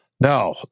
Now